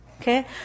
Okay